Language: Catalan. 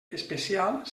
especial